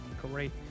Great